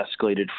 escalated